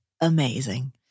amazing